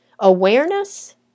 Awareness